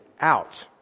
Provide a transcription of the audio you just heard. out